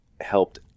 helped